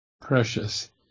Precious